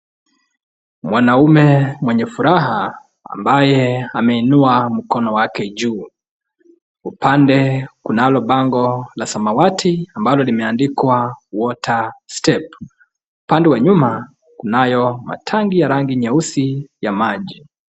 Mwanaume mwenye furaha, ambaye ameinua mkono wake juu, upande kunalo bango la samawati ambalo limeandikwa water step . Upande wa nyuma kunayo matangi ya rangi nyeusi ya maji.